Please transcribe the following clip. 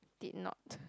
did not